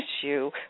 issue